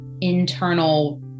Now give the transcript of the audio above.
internal